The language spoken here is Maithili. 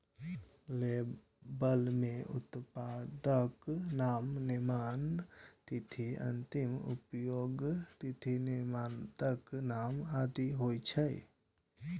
लेबल मे उत्पादक नाम, निर्माण तिथि, अंतिम उपयोगक तिथि, निर्माताक नाम आदि होइ छै